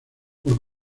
por